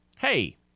Hey